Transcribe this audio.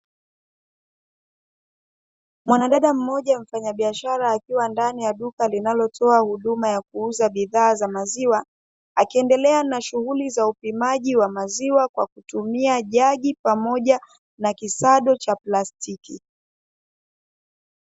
Mwanadada mmoja mfanyabiashara akiwa ndani ya duka linalotoa huduma ya kuuza bidhaa za maziwa akiendelea na shughuli za upimaji wa maziwa kwa kutumia jagi pamoja na kisado cha plastiki.